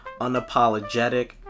unapologetic